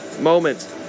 moment